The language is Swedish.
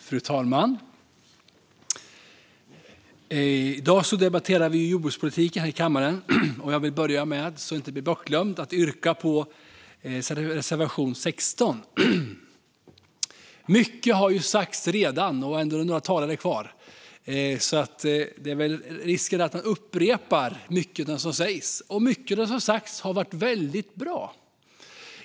Fru talman! I dag debatterar vi jordbrukspolitiken här i kammaren. Jag vill börja med, så att det inte blir bortglömt, att yrka bifall till reservation 16. Mycket har redan sagts, och ändå är det några talare kvar. Risken är att jag upprepar mycket av det som har sagts, och mycket av det som sagts har varit väldigt bra.